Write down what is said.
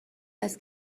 است